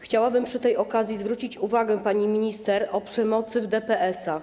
Chciałabym przy tej okazji zwrócić uwagę pani minister na przemoc w DPS-ach.